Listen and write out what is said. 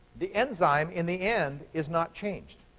the enzyme, in the end, is not changed.